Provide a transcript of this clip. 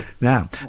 Now